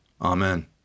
amen